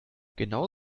genau